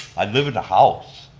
i live in a house,